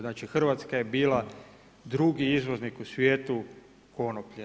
Znači, Hrvatska je bila drugi izvoznik u svijetu konoplje.